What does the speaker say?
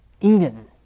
Eden